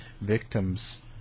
victim's